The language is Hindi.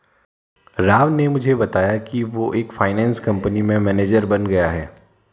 राव ने मुझे बताया कि वो एक फाइनेंस कंपनी में मैनेजर बन गया है